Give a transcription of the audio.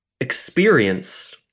experience